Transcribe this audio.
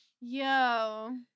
Yo